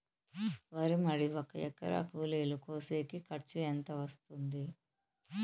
వరి మడి ఒక ఎకరా కూలీలు కోసేకి ఖర్చు ఎంత వస్తుంది?